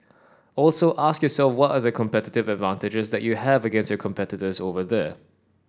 also ask yourself what are the competitive advantages that you have against your competitors over there